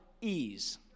ease